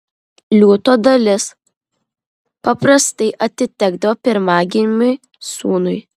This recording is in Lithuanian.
liūto dalis paprastai atitekdavo pirmagimiui sūnui